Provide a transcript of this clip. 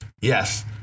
Yes